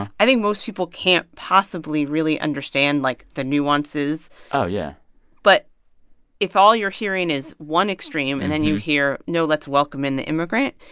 i think most people can't possibly really understand, like, the nuances oh, yeah but if all you're hearing is one extreme, and then you hear, no, let's welcome in the immigrant,